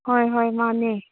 ꯍꯣꯏ ꯍꯣꯏ ꯃꯥꯅꯦ